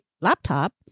laptop